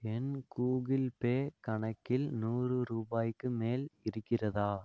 என் Google Pay கணக்கில் நூறு ரூபாய்க்கு மேல் இருக்கிறதா